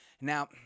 Now